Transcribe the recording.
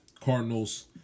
Cardinals